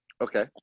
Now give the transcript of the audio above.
Okay